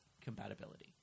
compatibility